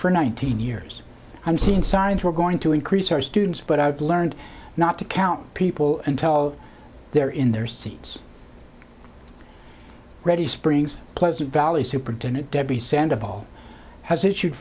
for nineteen years i'm seeing signs we're going to increase our students but i've learned not to count people and tell they're in their seats ready springs pleasant valley superintendent debbie